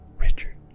Richard